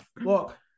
Look